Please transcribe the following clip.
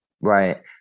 Right